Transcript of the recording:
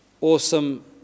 awesome